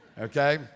okay